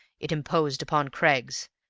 it imposed upon craggs,